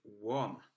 One